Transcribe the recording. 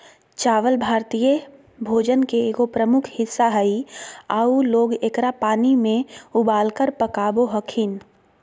चावल भारतीय भोजन के एगो प्रमुख हिस्सा हइ आऊ लोग एकरा पानी में उबालकर पकाबो हखिन